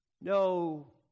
No